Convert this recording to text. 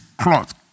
cloth